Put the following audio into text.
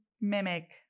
mimic